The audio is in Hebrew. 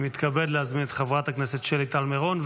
אני מתכבד להזמין את חברת הכנסת שלי טל מירון,